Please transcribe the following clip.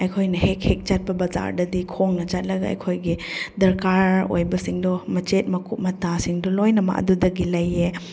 ꯑꯩꯈꯣꯏꯅ ꯍꯦꯛ ꯍꯦꯛ ꯆꯠꯄ ꯕꯖꯥꯔꯗꯗꯤ ꯈꯣꯡꯅ ꯆꯠꯂꯒ ꯑꯩꯈꯣꯏꯒꯤ ꯗꯔꯀꯥꯔ ꯑꯣꯏꯕꯁꯤꯡꯗꯣ ꯃꯆꯦꯠ ꯃꯀꯨꯞ ꯃꯇꯥꯁꯤꯡꯗꯣ ꯂꯣꯏꯅꯃꯛ ꯑꯗꯨꯗꯒꯤ ꯂꯩꯌꯦ